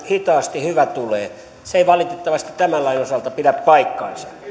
hitaasti hyvä tulee se ei valitettavasti tämän lain osalta pidä paikkaansa